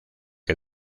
que